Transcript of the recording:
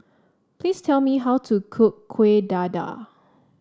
please tell me how to cook Kuih Dadar